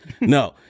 No